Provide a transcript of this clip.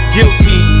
Guilty